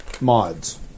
mods